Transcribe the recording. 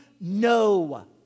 no